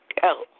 go